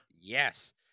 Yes